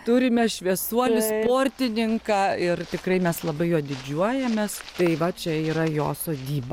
turime šviesuolį sportininką ir tikrai mes labai jo didžiuojamės tai va čia yra jo sodyba